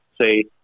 say